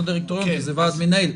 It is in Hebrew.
לא דירקטוריון כי זה ועד מנהל.